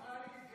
חבר הכנסת